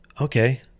okay